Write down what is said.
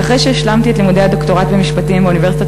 ואחרי שהשלמתי את לימודי הדוקטורט במשפטים באוניברסיטת